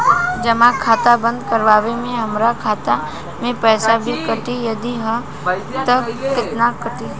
जमा खाता बंद करवावे मे हमरा खाता से पईसा भी कटी यदि हा त केतना कटी?